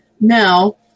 now